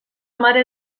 mare